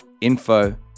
info